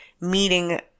meeting